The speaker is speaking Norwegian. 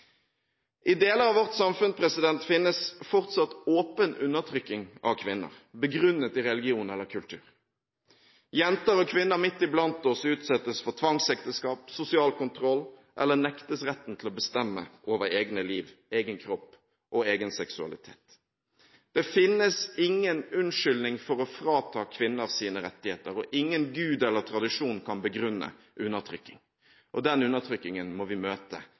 I deler av vårt samfunn finnes fortsatt åpen undertrykking av kvinner begrunnet i religion eller kultur. Jenter og kvinner midt iblant oss utsettes for tvangsekteskap, sosial kontroll eller nektes retten til å bestemme over egne liv, egen kropp og egen seksualitet. Det finnes ingen unnskyldning for å frata kvinner deres rettigheter, og ingen gud eller tradisjon kan begrunne undertrykking. Den undertrykkingen må vi møte